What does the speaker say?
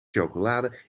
chocolade